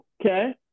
Okay